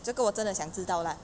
这个我真的想知道啦